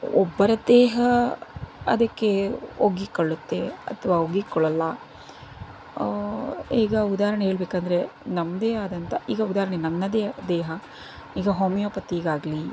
ಒಬ್ಬರ ದೇಹ ಅದಕ್ಕೆ ಒಗ್ಗಿಕೊಳ್ಳುತ್ತೆ ಅಥವಾ ಒಗ್ಗಿಕೊಳ್ಳಲ್ಲ ಈಗ ಉದಾಹರಣೆ ಹೇಳಬೇಕಂದ್ರೆ ನಮ್ಮದೇ ಆದಂಥ ಈಗ ಉದಾಹರಣೆ ನನ್ನದೇ ದೇಹ ಈಗ ಹೋಮಿಯೋಪತಿಗಾಗಲಿ